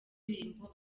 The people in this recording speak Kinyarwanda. indirimbo